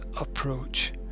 approach